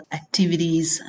activities